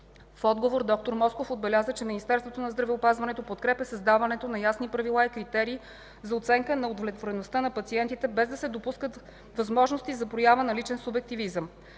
В отговор, д-р Москов отбеляза, че Министерството на здравеопазването подкрепя създаването на ясни правила и критерии за оценка на удовлетвореността на пациентите, без да се допускат възможности за проява на личен субективизъм.